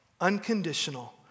unconditional